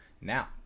Now